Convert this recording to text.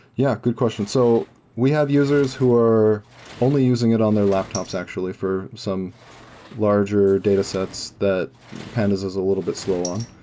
yeah, good question. so we have users who were only using it on their laptops actually for some larger datasets that pandas is a little bit slow on.